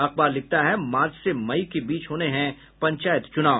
अखबार लिखता है मार्च से मई के बीच होने हैं पंचायत चुनाव